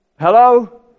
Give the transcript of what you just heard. Hello